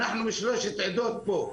ואנחנו בשלוש עדות פה,